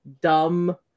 dumb